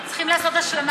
צריכים לעשות השלמה.